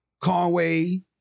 Conway